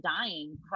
dying